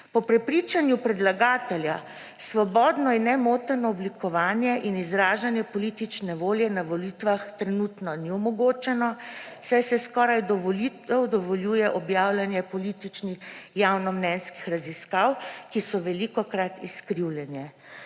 Po prepričanju predlagatelja svobodno in nemoteno oblikovanje in izražanje politične volje na volitvah trenutno ni omogočeno, saj se skoraj do volitev dovoljuje objavljanje političnih javnomnenjskih raziskav, ki so velikokrat izkrivljene.